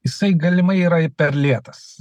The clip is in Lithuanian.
jisai galimai yra ir per lėtas